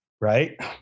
right